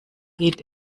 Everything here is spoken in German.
geht